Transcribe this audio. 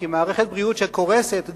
כי מערכת בריאות שקורסת,